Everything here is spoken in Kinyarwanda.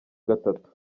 gatatu